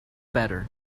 better